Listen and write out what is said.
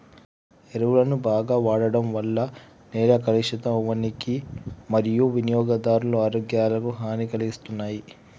ఎరువులను బాగ వాడడం వల్ల నేల కలుషితం అవ్వనీకి మరియూ వినియోగదారుల ఆరోగ్యాలకు హనీ కలిగిస్తున్నాయి